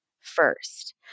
first